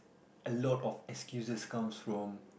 a lot of excuses comes from